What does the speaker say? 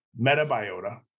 MetaBiota